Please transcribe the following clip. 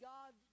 God